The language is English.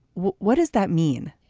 what does that mean?